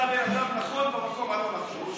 אתה בן אדם נכון במקום הלא-נכון.